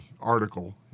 article